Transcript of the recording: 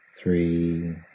Three